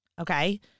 Okay